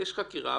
יש חקירה,